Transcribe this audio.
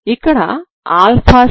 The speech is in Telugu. ఇక్కడ 20 అవుతుంది